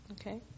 Okay